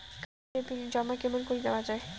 Current এর bill জমা কেমন করি দেওয়া যায়?